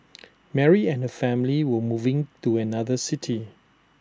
Mary and her family were moving to another city